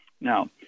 Now